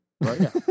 Right